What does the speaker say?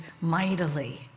mightily